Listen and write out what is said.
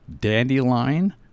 dandelion